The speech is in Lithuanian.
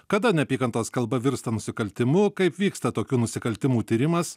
kada neapykantos kalba virsta nusikaltimu kaip vyksta tokių nusikaltimų tyrimas